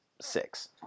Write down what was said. six